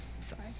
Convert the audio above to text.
sorry